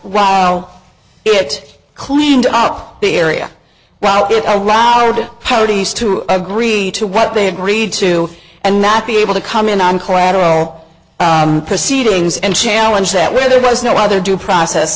in it cleaned up the area i'll get around to parties to agree to what they agreed to and not be able to come in on collateral proceedings and challenge that where there was no other due process